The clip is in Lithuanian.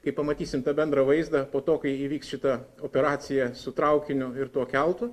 kai pamatysim tą bendrą vaizdą po to kai įvyks šita operacija su traukiniu ir tuo keltu